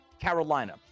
Carolina